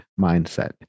mindset